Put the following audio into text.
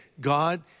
God